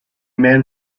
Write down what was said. man